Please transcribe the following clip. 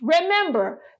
Remember